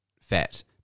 fat